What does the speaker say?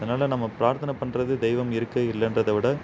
அதனால் நம்ம பிரார்த்தனை பண்ணுறது தெய்வம் இருக்குது இல்லைன்றத விட